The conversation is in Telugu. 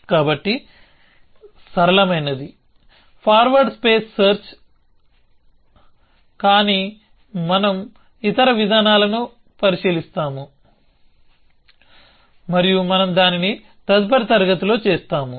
కాబట్టి ఫార్వర్డ్ స్టేట్ స్పేస్ సెర్చ్ సరళమైనది కానీ మనం ఇతర విధానాలను పరిశీలిస్తాము మరియు మనం దానిని తదుపరి తరగతిలో చేస్తాము